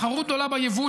ותחרות עולה ביבוא,